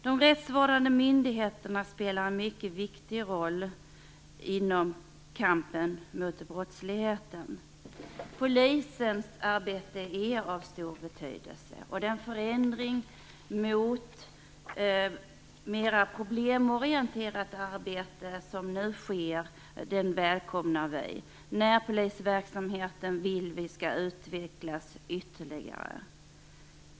De rättsvårdande myndigheterna spelar en mycket viktig roll i kampen mot brottsligheten. Polisens arbete är av stor betydelse. Den förändring mot mer problemorienterat arbete som nu sker välkomnar vi. Vi vill att närpolisverksamheten skall utvecklas ytterligare.